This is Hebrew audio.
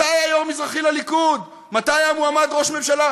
מתי היה יושב-ראש מזרחי לליכוד?